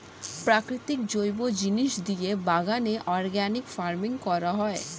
প্রাকৃতিক জৈব জিনিস দিয়ে বাগানে অর্গানিক ফার্মিং করা হয়